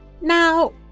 Now